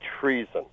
treason